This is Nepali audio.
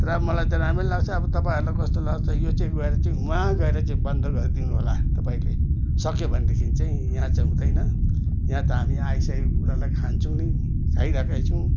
तर अब मलाई त राम्रै लाग्छ अब तपाईँहरूलाई कस्तो लाग्छ यो चाहिँ गएर चाहिँ वहाँ गएर चाहिँ बन्द गरिदिनु होला तपाईँले सक्यो भनेदेखि चाहिँ यहाँ चाहिँ हुँदैन यहाँ त हामी आइसकेको कुरालाई खान्छौँ नै खाइराखेका छौँ